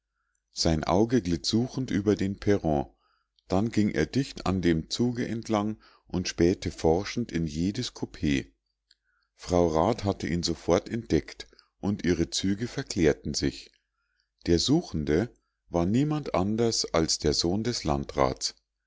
sein auge glitt suchend über den perron dann ging er dicht an dem zuge entlang und spähte forschend in jedes koupee frau rat hatte ihn sofort entdeckt und ihre züge verklärten sich der suchende war niemand anders als der sohn des landrats